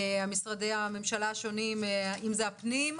משרדי הממשלה השונים אם זה הפנים,